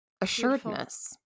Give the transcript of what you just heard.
assuredness